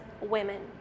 women